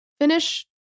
finish